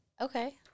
Okay